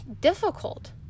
difficult